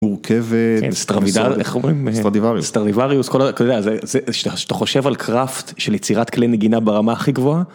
מורכבת סטרניבריוס אתה חושב על קראפט של יצירת כלי נגינה ברמה הכי גבוהה.